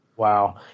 Wow